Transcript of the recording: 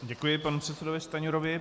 Děkuji panu předsedovi Stanjurovi.